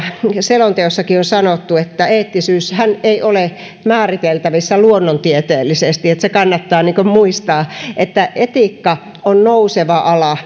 selonteossakin on sanottu että eettisyyshän ei ole määriteltävissä luonnontieteellisesti ja kannattaa muistaa että etiikka on nouseva ala